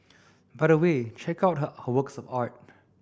by the way check out her her works of art